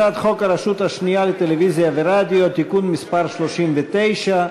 הצעת חוק הרשות השנייה לטלוויזיה ורדיו (תיקון מס' 39),